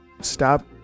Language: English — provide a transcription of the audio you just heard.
stop